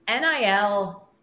NIL